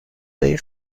هایی